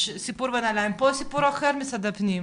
פה סיפור אחר של משרד הפנים,